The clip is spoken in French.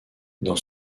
dans